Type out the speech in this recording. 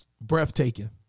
breathtaking